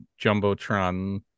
Jumbotron